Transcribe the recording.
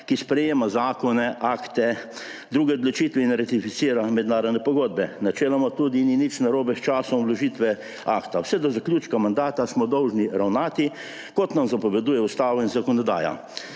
ki sprejema zakone, akte, druge odločitve in ratificira mednarodne pogodbe, načeloma tudi ni nič narobe s časom vložitve akta. Vse do zaključka mandata smo dolžni ravnati, kot nam zapoveduje Ustava in zakonodaja.